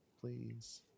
please